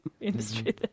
industry